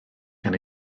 gan